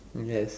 yes